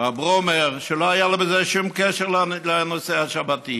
מר ברומר, לא היה לה שום קשר לנושא השבת.